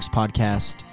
podcast